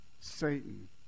Satan